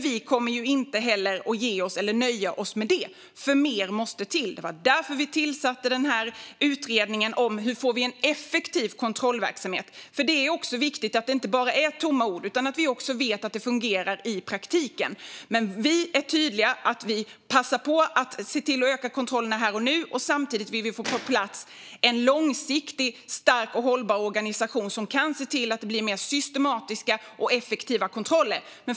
Vi kommer dock inte att ge oss eller nöja oss med det, för mer måste till. Det var därför vi tillsatte utredningen om hur man får en effektiv kontrollverksamhet, för det är viktigt att det inte bara är tomma ord utan att vi också vet att det fungerar i praktiken. Vi är tydliga med att vi passar på att öka kontrollerna här och nu. Samtidigt vill vi få plats en långsiktigt stark och hållbar organisation som kan se till att det blir mer systematiska och effektiva kontroller.